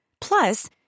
Plus